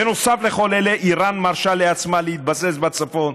בנוסף לכל אלה, איראן מרשה לעצמה להתבסס בצפון.